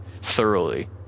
thoroughly